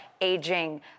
aging